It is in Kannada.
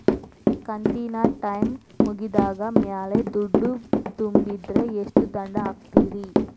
ಕಂತಿನ ಟೈಮ್ ಮುಗಿದ ಮ್ಯಾಲ್ ದುಡ್ಡು ತುಂಬಿದ್ರ, ಎಷ್ಟ ದಂಡ ಹಾಕ್ತೇರಿ?